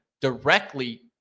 directly